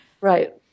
Right